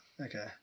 okay